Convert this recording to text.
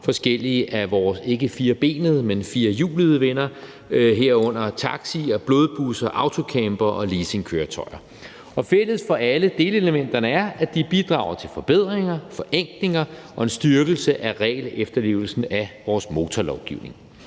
forskellige af vores ikke firbenede, men firhjulede venner, herunder taxier, blodbusser, autocampere og leasingkøretøjer. Fælles for alle delelementerne er, at de bidrager til forbedringer, forenklinger og en styrkelse af regelefterlevelsen af vores motorlovgivning.